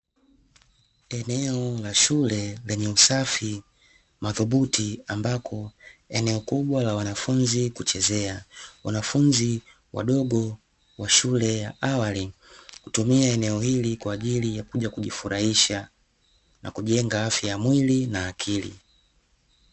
Eneo la shule lenye usafi madhubuti ambako eneo kubwa la wanafunzi kuchezea. Wanafunzi wadogo wa shule awali kutumia eneo hili kwa ajili ya kujifurahisha na kujenga afya ya mwili na akili.